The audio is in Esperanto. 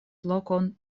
lokon